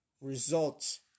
results